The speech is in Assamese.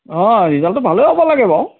অঁ ৰিজাল্টটো ভালে হ'ব লাগে বাৰু